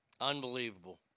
Unbelievable